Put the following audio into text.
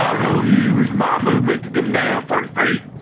will use my movement to come down thirty feet.